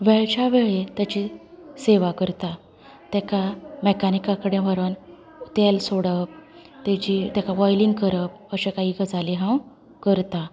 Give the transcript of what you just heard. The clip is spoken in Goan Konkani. वेळच्या वेळेर ताची सेवा करता तेका मेकानीकाक कडेन व्हरोन तेल सोडप तेची तेका ऑयलिंग करप अश्यो कांय गजाली हांव करता